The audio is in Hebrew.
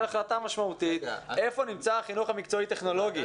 החלטה משמעותית איפה נמצא החינוך המקצועי טכנולוגי.